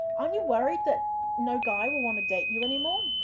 um you worried that no guy will wanna date you anymore?